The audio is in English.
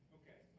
ok.